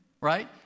right